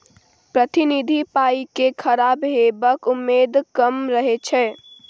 प्रतिनिधि पाइ केँ खराब हेबाक उम्मेद कम रहै छै